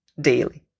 daily